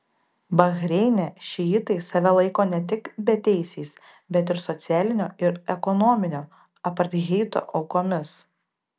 bahreine šiitai save laiko ne tik beteisiais bet ir socialinio ir ekonominio apartheido aukomis